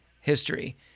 history